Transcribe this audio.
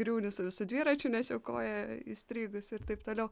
griūni su visu dviračiu nes jau koja įstrigusi ir taip toliau